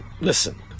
listen